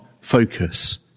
focus